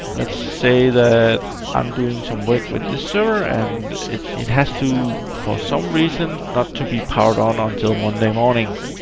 let's say that i'm doing some work with this server, and it it has to, for some reason, not to be powered on until monday morning.